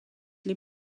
les